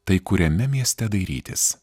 tai kuriame mieste dairytis